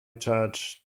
judge